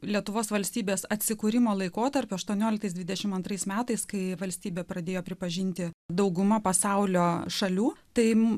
lietuvos valstybės atsikūrimo laikotarpiu aštuonioliktais dvidešim antrais metais kai valstybė pradėjo pripažinti dauguma pasaulio šalių tai